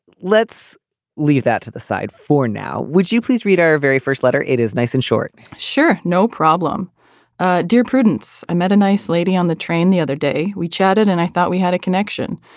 let's leave that to the side for now. would you please read our very first letter it is nice and short sure no problem ah dear prudence. i met a nice lady on the train the other day. we chatted and i thought we had a connection.